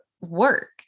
work